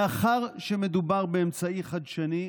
מאחר שמדובר באמצעי חדשני,